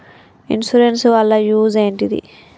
Insurance వాళ్ల use ఏంటిది?